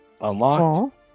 Unlocked